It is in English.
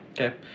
Okay